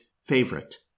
favorite